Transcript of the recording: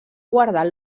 guardar